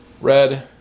Red